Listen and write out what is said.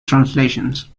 translations